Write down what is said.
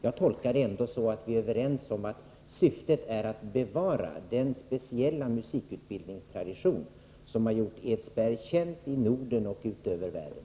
Jag tolkar det ändå så att vi är överens om att syftet är att bevara den speciella musikutbildningstradition som har gjort Edsberg känt i Norden och ut över världen.